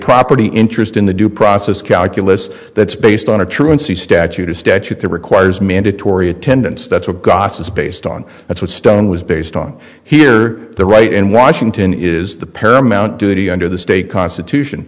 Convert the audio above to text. property interest in the due process calculus that's based on a truancy statute or statute that requires mandatory attendance that's what god is based on that's what stone was based on here the right in washington is the paramount duty under the state constitution